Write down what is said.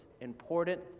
important